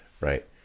Right